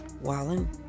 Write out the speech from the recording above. Wallen